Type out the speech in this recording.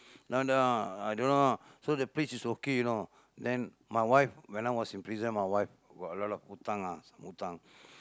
now the uh I don't know ah so the place is okay you know then my wife when I was in prison my wife got a lot of hutang ah some hutang